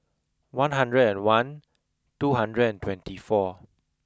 one hundred and one two hundred and twenty four